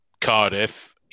Cardiff